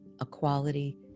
equality